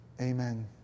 Amen